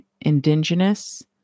Indigenous